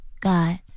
God